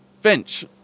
Finch